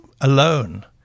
alone